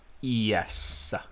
Yes